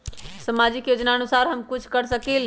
सामाजिक योजनानुसार हम कुछ कर सकील?